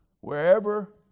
wherever